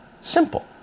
Simple